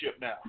now